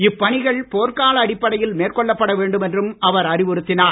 இப்பணிகள் போர்க்கால அடிப்படையில் மேற்கொள்ளப்பட வேண்டும் என்றும் அவர் அறிவுறுத்தினார்